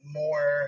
more